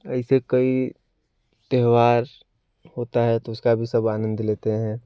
ऐसे कई त्यौहार होता है तो उसका भी सब आनंद लेते हैं